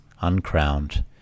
uncrowned